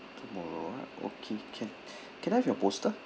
tomorrow ah okay can can I have your postal